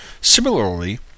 Similarly